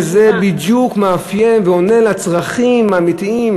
שזה בדיוק מאפיין ועונה לצרכים האמיתיים